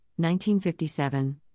1957